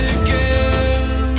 again